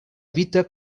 evita